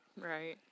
Right